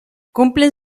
cumplen